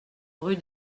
rue